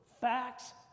Facts